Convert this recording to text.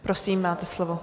Prosím, máte slovo.